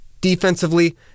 Defensively